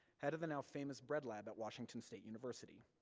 head of the now-famous bread lab at washington state university,